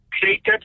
created